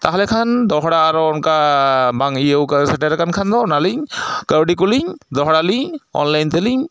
ᱛᱟᱦᱚᱞᱮ ᱠᱷᱟᱱ ᱫᱚᱦᱲᱟ ᱟᱨᱚ ᱚᱱᱠᱟ ᱵᱟᱝ ᱤᱭᱟᱹᱣ ᱠᱟᱱᱟ ᱥᱮᱴᱮᱨ ᱟᱠᱟᱱ ᱠᱷᱟᱱ ᱫᱚ ᱚᱱᱟᱞᱤᱧ ᱠᱟᱹᱣᱰᱤ ᱠᱚᱞᱤᱧ ᱫᱚᱲᱦᱟᱞᱤᱧ ᱚᱱᱞᱟᱭᱤᱱ ᱛᱮᱞᱤᱧ